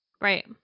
Right